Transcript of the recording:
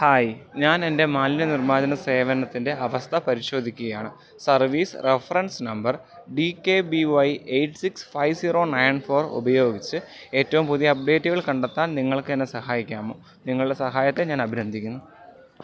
hi ഞാനെൻ്റെ മാലിന്യ നിർമാർജന സേവനത്തിൻ്റെ അവസ്ഥ പരിശോധിക്കുകയാണ് service reference number D K B Y eight six five zero nine four ഉപയോഗിച്ച് ഏറ്റവും പുതിയ അപ്ഡേറ്റുകൾ കണ്ടെത്താൻ നിങ്ങൾക്കെന്നെ സഹായിക്കാമോ നിങ്ങളുടെ സഹായത്തെ ഞാൻ അഭിനന്ദിക്കുന്നു